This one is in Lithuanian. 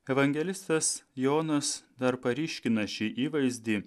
evangelistas jonas dar paryškina šį įvaizdį